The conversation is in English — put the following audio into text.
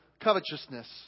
covetousness